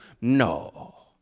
No